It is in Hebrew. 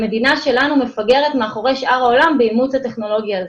המדינה שלנו מפגרת אחרי שאר העולם באימוץ הטכנולוגיה הזו.